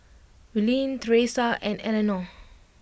Willene Thresa and Eleonore